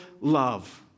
love